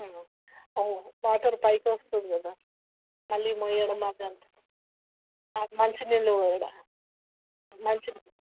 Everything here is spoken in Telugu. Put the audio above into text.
వాటర్ పైకొస్తుంది కదా మళ్ళీ మొయ్యడం అదంతా మంచినీళ్ళు కూడా మంచినీళ్ళు